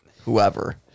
whoever